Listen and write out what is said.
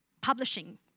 publishing